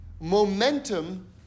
momentum